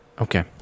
Okay